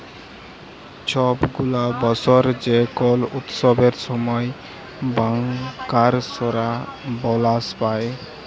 ছব গুলা বসর যে কল উৎসবের সময় ব্যাংকার্সরা বলাস পায়